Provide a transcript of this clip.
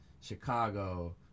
Chicago